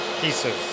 pieces